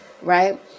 right